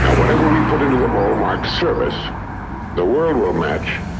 yeah whatever we put into the bowl marked service the world will match